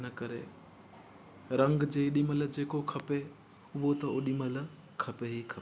इनकरे रंग जेॾी महिल जे को खपे उहो त ओॾी महिल खपे ई खपे